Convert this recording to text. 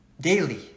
daily